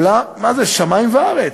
מה זה, שמים וארץ.